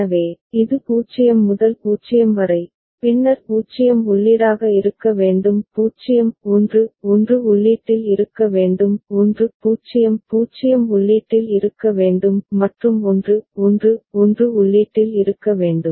எனவே இது 0 முதல் 0 வரை பின்னர் 0 உள்ளீடாக இருக்க வேண்டும் 0 1 1 உள்ளீட்டில் இருக்க வேண்டும் 1 0 0 உள்ளீட்டில் இருக்க வேண்டும் மற்றும் 1 1 1 உள்ளீட்டில் இருக்க வேண்டும்